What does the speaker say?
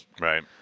Right